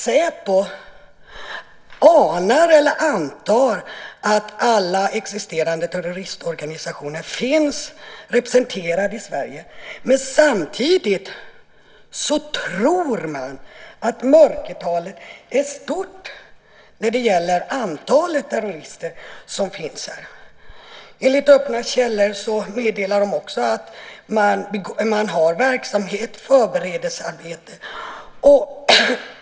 Säpo anar eller antar att alla existerande terroristorganisationer finns representerade i Sverige, men samtidigt tror man att mörkertalet är stort vad gäller antalet terrorister som finns här. Enligt öppna källor meddelas också att man bedriver verksamhet - förberedelsearbete.